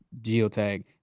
geotag